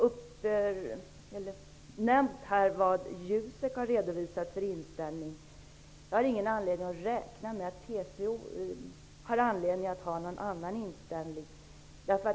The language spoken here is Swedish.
Jag har nämnt vad Jusek har redovisat för inställning. Jag har ingen anledning att räkna med att TCO har någon annan inställning.